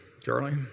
Charlie